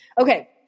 okay